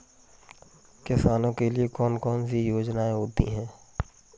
किसानों के लिए कौन कौन सी योजनायें होती हैं?